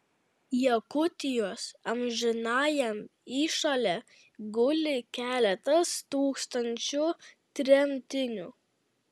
jakutijos amžinajam įšale guli keletas tūkstančių tremtinių